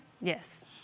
Yes